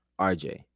RJ